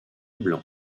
blanc